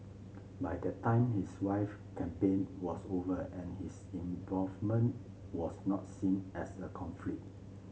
by that time his wife campaign was over and his involvement was not seen as a conflict